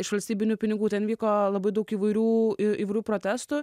iš valstybinių pinigų ten vyko labai daug įvairių įvairių protestų